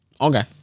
Okay